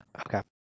Okay